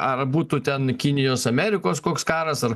ar būtų ten kinijos amerikos koks karas ar